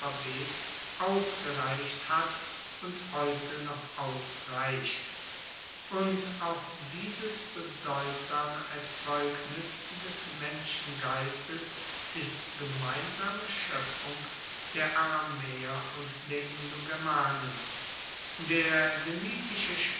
ausgereicht hat und heute noch ausreicht und auch dieses bedeutsame erzeugnis des menschengeistes ist gemeinsame schoepfung der aramaeer und der indogermanen der